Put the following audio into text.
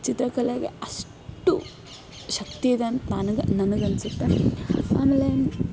ಚಿತ್ರಕಲೆಗೆ ಅಷ್ಟು ಶಕ್ತಿಯಿದೆ ಅಂತ ನನಗೆ ನನಗನ್ನಿಸುತ್ತೆ ಆಮೇಲೆ